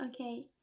okay